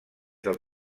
del